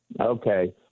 Okay